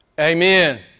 Amen